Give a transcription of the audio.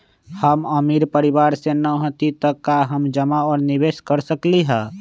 हम अमीर परिवार से न हती त का हम जमा और निवेस कर सकली ह?